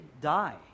die